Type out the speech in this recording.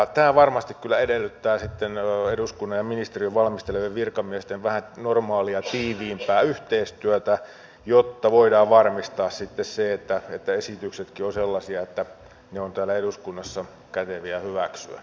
tämä varmasti kyllä edellyttää sitten eduskunnan ja ministeriön valmistelevien virkamiesten vähän normaalia tiiviimpää yhteistyötä jotta voidaan varmistaa sitten se että esityksetkin ovat sellaisia että ne ovat täällä eduskunnassa käteviä hyväksyä